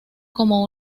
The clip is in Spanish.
como